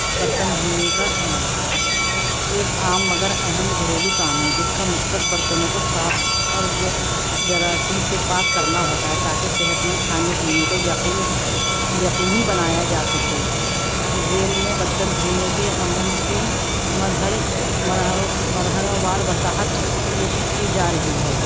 برتن دھونے کا عمل ایک عام مگر اہم گھریلو کام ہے جس کا مقصد برتنوں کو صاف اور جراثیم سے پاک کرنا ہوتا ہے تاکہ صحتمند کھانے پینے کو یقین یقینی بنایا جا سکے ذیل میں برتن دھونے کے عمل کی مرحل مرحلہ وار وضاحت پیش کی جا رہی ہے